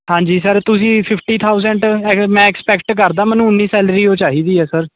ਹਾਂਜੀ ਸਰ ਤੁਸੀਂ fifty thousand ਮੈਂ ਐਕਸਪੈਕਟ ਕਰਦਾ ਮੈਨੂੰ ਉਨੀ ਸੈਲਰੀ ਉਹ ਚਾਹੀਦੀ ਐ ਸਰ